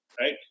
Right